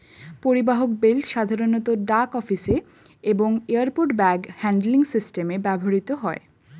পরিবাহক বেল্ট সাধারণত ডাক অফিসে এবং এয়ারপোর্ট ব্যাগ হ্যান্ডলিং সিস্টেমে ব্যবহৃত হয়